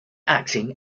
acting